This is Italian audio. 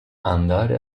andare